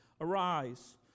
Arise